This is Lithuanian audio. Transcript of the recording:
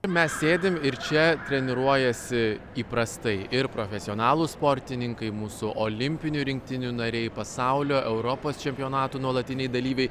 mes sėdim ir čia treniruojasi įprastai ir profesionalūs sportininkai mūsų olimpinių rinktinių nariai pasaulio europos čempionatų nuolatiniai dalyviai